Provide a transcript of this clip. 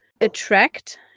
attract